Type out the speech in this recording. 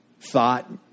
thought